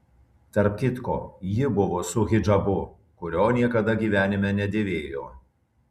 tarp kitko ji buvo su hidžabu kurio niekada gyvenime nedėvėjo